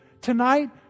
tonight